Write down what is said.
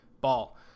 ball